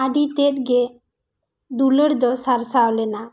ᱟᱹᱰᱤ ᱛᱮᱫ ᱜᱮ ᱫᱩᱞᱟᱹᱲ ᱫᱚ ᱥᱟᱨᱥᱟᱣ ᱞᱮᱱᱟ